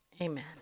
Amen